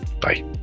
Bye